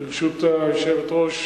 ברשות היושבת-ראש,